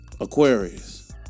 Aquarius